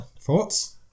thoughts